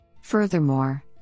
Furthermore